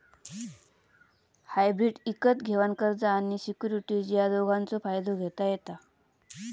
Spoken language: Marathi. हायब्रीड इकत घेवान कर्ज आणि सिक्युरिटीज या दोघांचव फायदो घेता येता